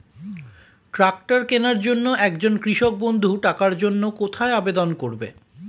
Tractor কিনার জন্য একজন কৃষক বন্ধু টাকার জন্য কোথায় আবেদন করবে?